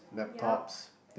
ya